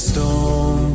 Storm